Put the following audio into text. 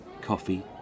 coffee